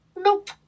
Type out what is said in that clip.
Nope